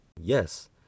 Yes